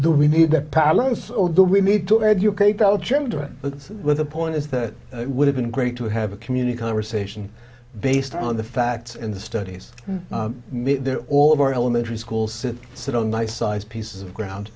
do we need a palace or do we need to educate our children but with the point is that it would have been great to have a community conversation based on the facts and the studies all of our elementary school sit sit on nice sized pieces of ground